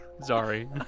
Sorry